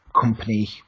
company